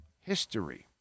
History